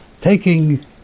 taking